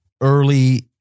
early